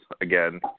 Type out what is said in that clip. again